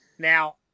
Now